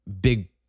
big